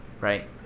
right